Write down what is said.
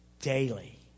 daily